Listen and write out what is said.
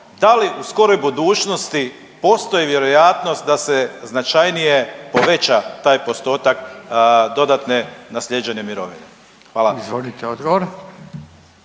Da li u skoroj budućnosti postoji vjerojatnost da se značajnije poveća taj postotak dodatne, naslijeđene mirovine? Hvala. **Radin, Furio